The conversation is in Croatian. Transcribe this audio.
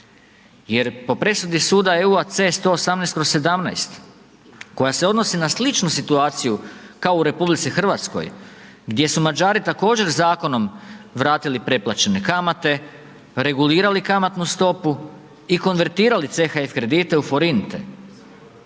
Jer po presudi Suda EU-a, C118/17 koja se odnosi na sličnu situaciju kao u RH gdje su Mađari također zakonom vratili preplaćene kamate, regulirali kamatnu stopu i konvertirali CHF kredite u forinte